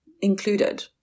included